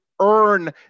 earn